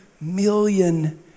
million